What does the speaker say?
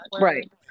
Right